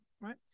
right